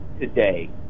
today